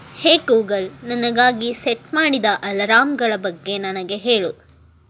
ಹೇ Google ನನಗಾಗಿ set ಮಾಡಿದ ಅಲರಾಮ್ಗಳ ಬಗ್ಗೆ ನನಗೆ ಹೇಳು